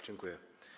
Dziękuję.